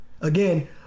Again